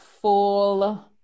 full